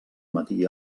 matí